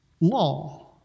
law